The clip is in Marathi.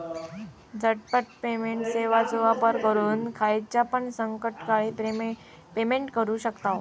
झटपट पेमेंट सेवाचो वापर करून खायच्यापण संकटकाळी पेमेंट करू शकतांव